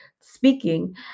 speaking